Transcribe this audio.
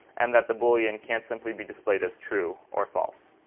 and that the boolean can't simply be displayed as true or false.